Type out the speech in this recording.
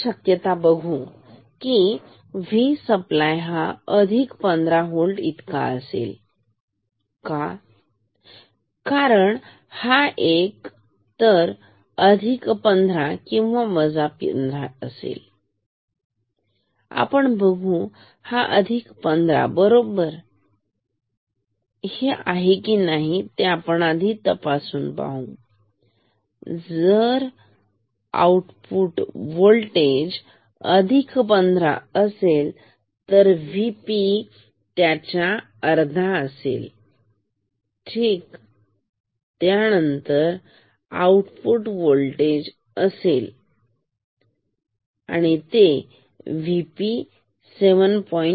आपण शक्यता बघू की V सप्लाय हा अधिक पंधरा होल्ट इतका असेल का कारण हा एक तर अधिक पंधरा किंवा वजा 15 असेल आपण बघू हा अधिक 15 बरोबर आहे कि नाही तर प्रश्न तपासून पहा तर जर आउटपुट होल्टेज अधिक पंधरा असेल तर VP त्याच्या अर्धा असेल ठीक त्यानंतर आउटपुट वोल्टेज VO 15 असेल तर V P असेल 7